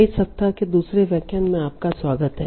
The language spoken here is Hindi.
इस सप्ताह के दूसरे व्याख्यान में आपका स्वागत है